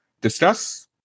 discuss